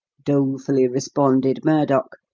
dolefully responded murdock,